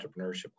entrepreneurship